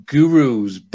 Gurus